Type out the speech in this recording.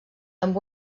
amb